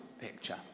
picture